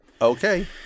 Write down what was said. Okay